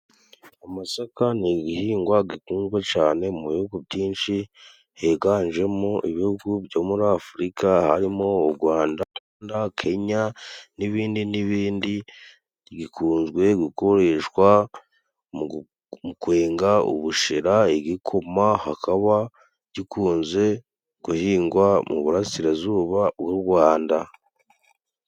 Amasaka ni igihingwa gikundwa cyane mu bihugu byinshi, higanjemo ibihugu byo muri Afurika harimo: u Gwanda, Kenya n'ibindi n'ibindi. Gikunze gukoreshwa mu kwenga ubushera, igikoma, hakaba gikunze guhingwa mu burasirazuba bw'u Gwanda.